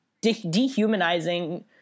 dehumanizing